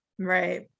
Right